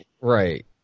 right